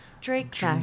Drake